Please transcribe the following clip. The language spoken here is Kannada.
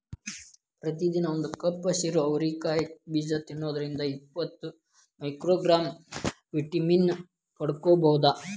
ಪ್ರತಿದಿನ ಒಂದು ಕಪ್ ಹಸಿರು ಅವರಿ ಕಾಯಿ ಬೇಜ ತಿನ್ನೋದ್ರಿಂದ ಇಪ್ಪತ್ತು ಮೈಕ್ರೋಗ್ರಾಂ ವಿಟಮಿನ್ ಪಡ್ಕೋಬೋದು